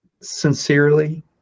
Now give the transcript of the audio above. sincerely